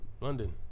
London